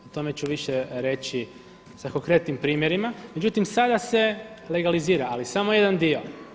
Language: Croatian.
O tome ću više reći sa konkretnim primjerima, međutim sada se legalizira, ali samo jedan dio.